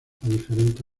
diferente